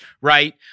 Right